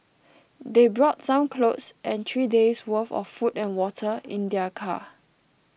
they brought some clothes and three days' worth of food and water in their car